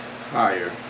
higher